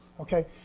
Okay